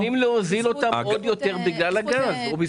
אתם יכולים להוזיל אותם עוד יותר בזכות הגז.